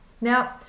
Now